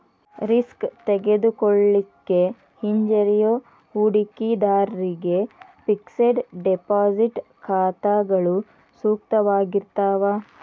risk ತೆಗೆದುಕೊಳ್ಳಿಕ್ಕೆ ಹಿಂಜರಿಯೋ ಹೂಡಿಕಿದಾರ್ರಿಗೆ ಫಿಕ್ಸೆಡ್ ಡೆಪಾಸಿಟ್ ಖಾತಾಗಳು ಸೂಕ್ತವಾಗಿರ್ತಾವ